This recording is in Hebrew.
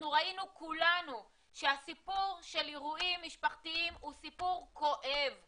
ראינו כולנו שהסיפור של אירועים משפחתיים הוא סיפור כואב.